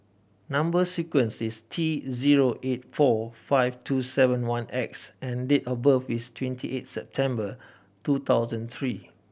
number sequence is T zero eight four five two seven one X and date of birth is twenty eight September two thousand three